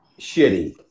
shitty